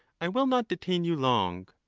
i will not detain you long.